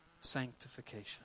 sanctification